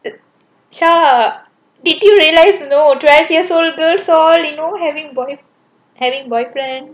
shan did you realise no twelve years old girl saw you know having boy having boyfriend